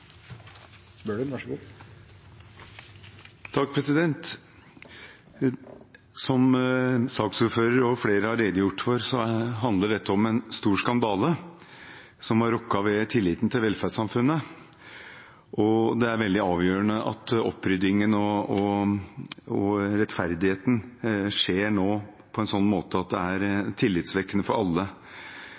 redegjort for, handler dette om en stor skandale som har rokket ved tilliten til velferdssamfunnet, og det er veldig avgjørende at oppryddingen og rettferdigheten skjer nå på en slik måte at det er tillitvekkende for alle.